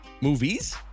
Movies